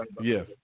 Yes